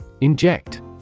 Inject